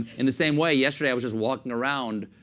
in the same way, yesterday i was just walking around,